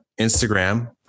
Instagram